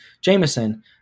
Jameson